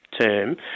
term